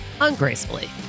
ungracefully